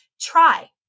try